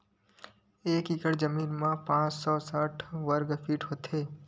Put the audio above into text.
एक एकड़ जमीन मा पांच सौ साठ वर्ग फीट होथे